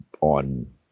on